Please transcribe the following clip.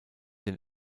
den